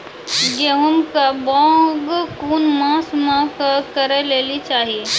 गेहूँमक बौग कून मांस मअ करै लेली चाही?